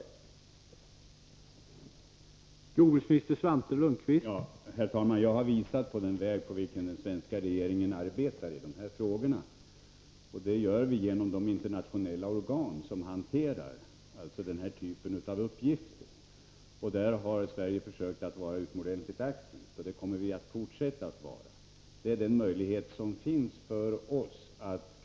Om svenska före